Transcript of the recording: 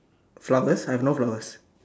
flowers I have no flowers